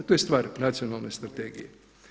To je stvar nacionalne strategije.